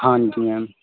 ਹਾਂਜੀ ਮੈਮ